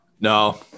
No